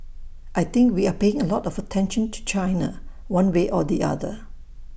I think we are paying A lot of attention to China one way or the other